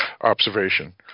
observation